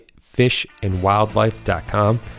fishandwildlife.com